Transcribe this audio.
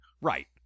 Right